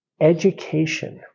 education